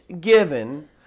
given